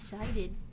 excited